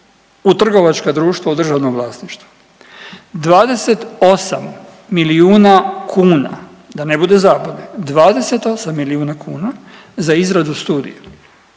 u trgovačka društva u državnom vlasništvu. 28 milijuna kuna da ne bude zablude, 28 milijuna kuna za izradu studije.